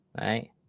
Right